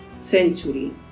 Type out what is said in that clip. century